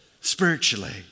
spiritually